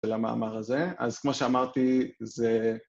‫של המאמר הזה. ‫אז כמו שאמרתי, זה...